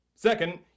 Second